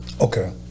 okay